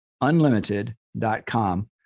unlimited.com